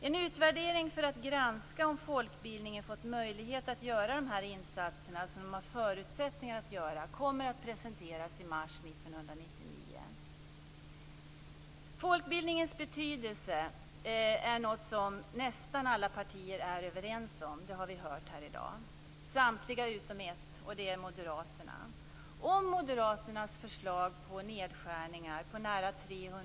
En utvärdering för att granska om folkbildningen fått möjlighet att göra de insatser som den har förutsättningar att göra kommer att presenteras i mars 1999. Folkbildningens betydelse är något som nästan alla partier är överens om. Det har vi hört här i dag. Det gäller alla utom ett, och det är Moderaterna.